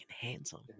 handsome